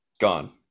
gone